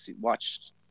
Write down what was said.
watched